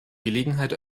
gelegenheit